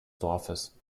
dorfes